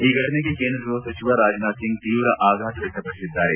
ಈ ಘಟನೆಗೆ ಕೇಂದ್ರ ಗೃಪ ಸಚಿವ ರಾಜನಾಥ್ ಸಿಂಗ್ ತೀವ್ರ ಆಘಾತ ವ್ಯಕ್ತಪಡಿಸಿದ್ದಾರೆ